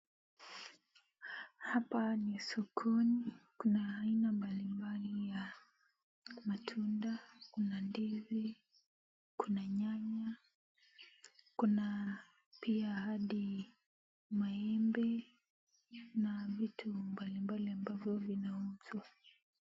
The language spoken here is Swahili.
Hapa ni sokoni. Kuna aina mbalimbali ya matunda. Kuna ndizi, kuna nyanya, kuna pia hadi maembe na vitu mbalimbali ambavyo vinauzwa.